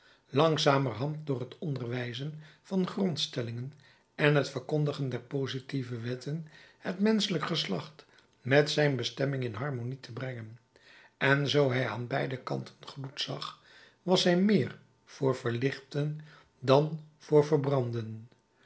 langzamerhand door het onderwijzen van grondstellingen en t verkondigen der positieve wetten het menschelijk geslacht met zijn bestemming in harmonie te brengen en zoo hij aan beide kanten gloed zag was hij meer voor verlichten dan voor verbranden